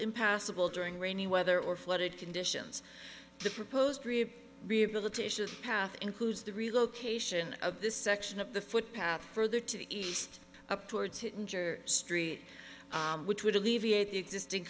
impassable during rainy weather or flooded conditions the proposed rehabilitation path includes the relocation of this section of the footpath further to the east up towards to injure street which would alleviate the existing